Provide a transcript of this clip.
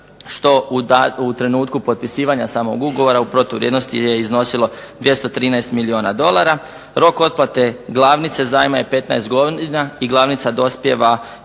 što u trenutku potpisivanja samog ugovora u protuvrijednosti je iznosilo 213 milijuna dolara, rok otplate glavnice zajma je 15 godina i glavnica dospijeva